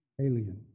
Alien